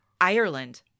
Ireland